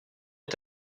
est